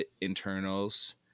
internals